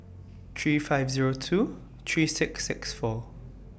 three five Zero two three six six four